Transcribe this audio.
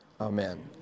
Amen